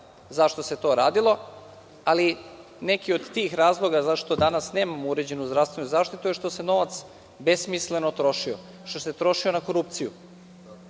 zašto se to radilo, ali neki od tih razloga zašto danas nemamo uređenu zdravstvenu zaštitu što se novac besmisleno trošio, što se trošio na korupciju.